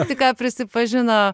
tik ką prisipažino